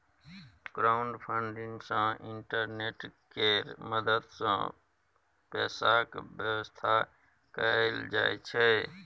crowdfunding सँ internet केर मदद सँ पैसाक बेबस्था कएल जाइ छै